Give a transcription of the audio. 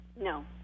No